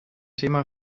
thema